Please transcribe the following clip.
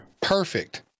perfect